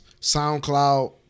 SoundCloud